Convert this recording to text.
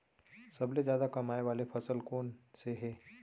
सबसे जादा कमाए वाले फसल कोन से हे?